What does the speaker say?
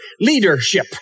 leadership